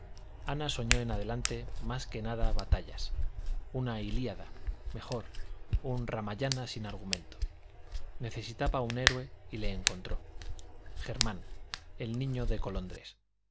ana soñó en adelante más que nada batallas una ilíada mejor un ramayana sin argumento necesitaba un héroe y le encontró germán el niño de colondres